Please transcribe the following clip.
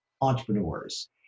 entrepreneurs